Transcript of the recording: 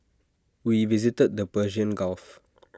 we visited the Persian gulf